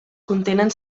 contenen